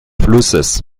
flusses